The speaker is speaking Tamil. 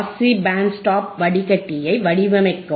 சி பேண்ட் ஸ்டாப் வடிகட்டியை வடிவமைக்கவும்